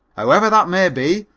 however that may be,